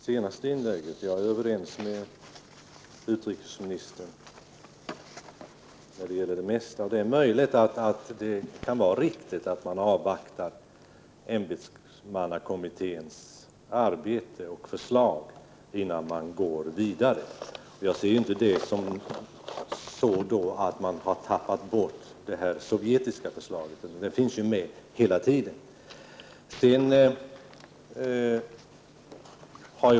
Herr talman! Jag tackar för beskedet i det senaste inlägget. Jag är överens med utrikesministern om det mesta han säger. Det är möjligt att det är riktigt att vi skall avvakta ämbetsmannakommitténs arbete och förslag innan vi går vidare. Jag ser inte det som att vi har tappat bort Sovjetunionens förslag, för de finns med hela tiden.